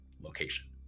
location